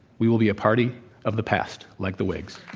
we will be a party of the past like the whigs.